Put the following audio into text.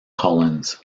collins